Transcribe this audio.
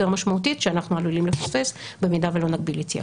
משמעותית שאנחנו עלולים לפספס במידה שלא נגביל יציאה.